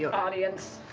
yeah audience.